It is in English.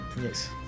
Yes